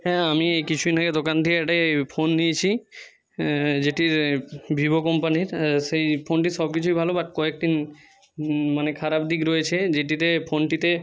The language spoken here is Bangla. হ্যাঁ আমি এই কিছু দিন আগে দোকান থেকে একটা এই ফোন নিয়েছি যেটি ভিভো কোম্পানির সেই ফোনটির সব কিছুই ভালো বাট কয়েকটির মানে খারাপ দিক রয়েছে যেটিতে ফোনটিতে